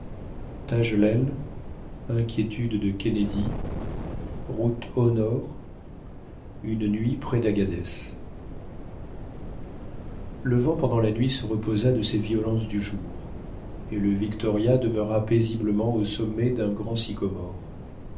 tagelel inquiétudes de kennedy route au nord une nuit prés dagbadès le vent pendant la nuit se reposa de ses violences du jour et le victoria demeura paisiblement au sommet d'un grand sycomore